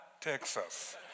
Texas